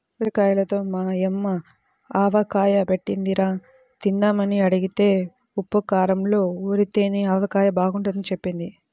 ఉసిరిగాయలతో మా యమ్మ ఆవకాయ బెట్టిందిరా, తిందామని అడిగితే ఉప్పూ కారంలో ఊరితేనే ఆవకాయ బాగుంటదని జెప్పింది